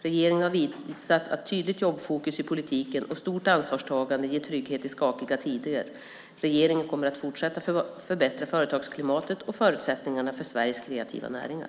Regeringen har visat att tydligt jobbfokus i politiken och stort ansvarstagande ger trygghet i skakiga tider. Regeringen kommer att fortsätta att förbättra företagsklimatet och förutsättningarna för Sveriges kreativa näringar.